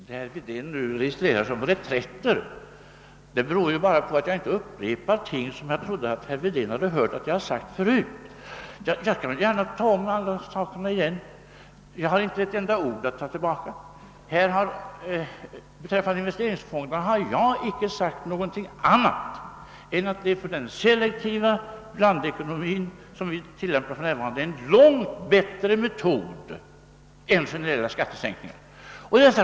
Herr talman! Att herr Wedén nu tror sig kunna registrera »reträtter» beror bara på att jag inte upprepar ting som jag trodde att herr Wedén hört att jag sagt förut. Jag kan gärna ta om allting igen. Jag har inte ett enda ord att ta tillbaka. Beträffande investeringsfonderna har jag inte sagt någonting annat än att de för den selektiva blandekonomi som vi för närvarande tillämpar är en långt bättre metod än generella skattesänkningar.